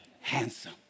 handsome